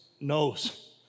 knows